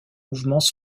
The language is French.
mouvements